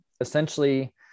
essentially